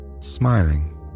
Smiling